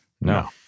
No